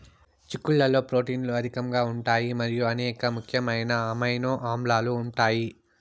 చిక్కుళ్లలో ప్రోటీన్లు అధికంగా ఉంటాయి మరియు అనేక ముఖ్యమైన అమైనో ఆమ్లాలు ఉంటాయి